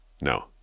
no